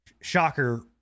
Shocker